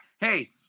hey